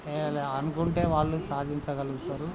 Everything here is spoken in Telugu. అనుకుంటే వాళ్ళు సాధించగలుగుతారు